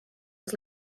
was